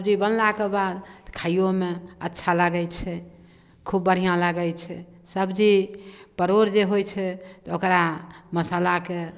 सब्जी बनलाके बाद खाइयोमे अच्छा लागै छै खूब बढ़िऑं लागै छै सब्जी परोड़ जे होइ छै ओकरा मसालाके